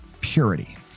purity